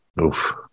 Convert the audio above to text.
Oof